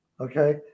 Okay